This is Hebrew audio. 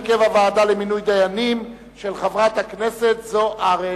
הרכב הוועדה למינוי דיינים), של חברת הכנסת זוארץ.